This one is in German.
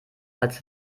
als